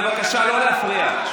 בבקשה, לא להפריע.